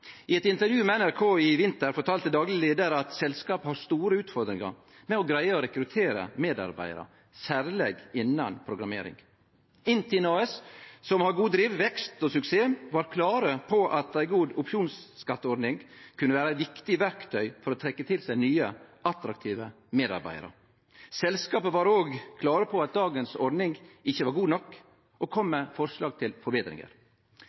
I eit intervju med NRK i vinter fortalde dagleg leiar at selskapet har store utfordringar med å greie å rekruttere medarbeidarar, særleg innan programmering. INTIN AS – som har god driv, vekst og suksess – var klår på at ei god opsjonsskatteordning kunne vere eit viktig verktøy for å trekkje til seg nye, attraktive medarbeidarar. Selskapet var òg klår på at dagens ordning ikkje var god nok, og kom med forslag til forbetringar.